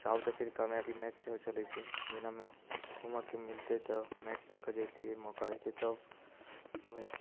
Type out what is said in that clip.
south अफ्रीकामे अभी match सेहो चलैत छै जेनामे घूमयके मिलतै तऽ मैच देखय जैतियै मौका रहतै तऽ बस